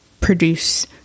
produce